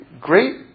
great